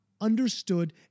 understood